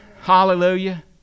Hallelujah